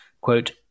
Quote